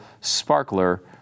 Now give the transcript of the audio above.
sparkler